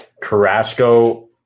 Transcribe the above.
Carrasco